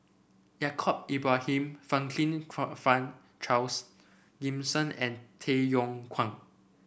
Yaacob Ibrahim Franklin Charles Gimson and Tay Yong Kwang